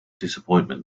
disappointment